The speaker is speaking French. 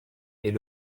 est